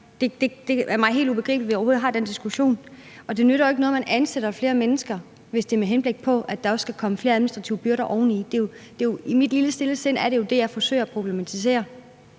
Det er mig helt ubegribeligt, at vi overhovedet har den diskussion. Og det nytter jo ikke noget, at man ansætter flere mennesker, hvis det medfører, at der også kommer flere administrative byrder oveni. Det er jo det, jeg helt stilfærdigt forsøger at problematisere.